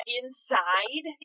inside